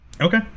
Okay